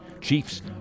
chiefs